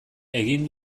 egin